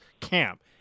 camp